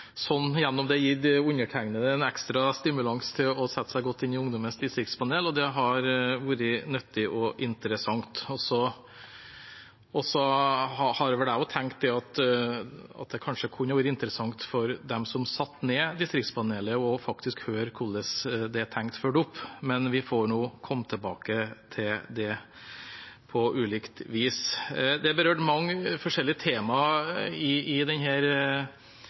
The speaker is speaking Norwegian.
har vært nyttig og interessant. Jeg har også tenkt at det kanskje kunne være interessant for dem som satte ned distriktspanelet, faktisk å høre hvordan det er tenkt fulgt opp, men vi får komme tilbake til det på ulikt vis. Mange forskjellige temaer er berørt i denne debattrunden, og det er ikke så unaturlig med tanke på at det er en stor bredde i